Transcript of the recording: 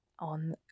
on